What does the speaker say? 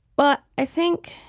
but i think